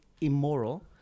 immoral